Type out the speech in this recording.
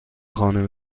خانه